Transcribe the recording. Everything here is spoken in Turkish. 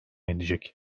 edecek